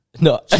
no